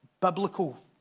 biblical